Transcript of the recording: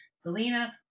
selena